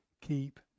Keep